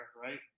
right